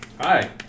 Hi